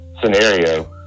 scenario